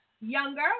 younger